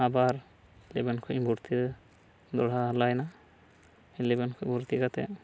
ᱟᱵᱟᱨ ᱤᱞᱮᱵᱷᱮᱱ ᱠᱷᱚᱱᱤᱧ ᱵᱚᱨᱛᱤ ᱫᱚᱲᱦᱟ ᱦᱟᱞᱟᱭᱮᱱᱟ ᱤᱞᱮᱵᱷᱮᱱ ᱠᱷᱚᱱ ᱵᱷᱚᱨᱛᱤ ᱠᱟᱛᱮᱫ